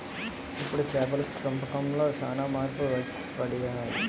ఇప్పుడు చేపల పెంపకంలో సాన మార్పులు వచ్చిపడినాయి